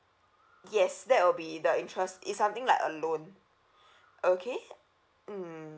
yes that will be the interest it's something like a loan okay mm